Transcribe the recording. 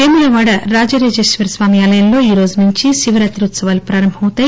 వేములవాడ రాజరాజ్వేశరస్వామి ఆలయంలో ఈ రోజు నుంచి శివరాతి ఉత్సవాలు పారంభమవుతాయి